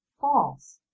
false